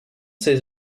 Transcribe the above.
ses